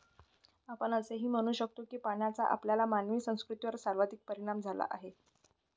आपण असे म्हणू शकतो की पाण्याचा आपल्या मानवी संस्कृतीवर सर्वाधिक परिणाम झाला आहे